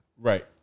Right